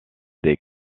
des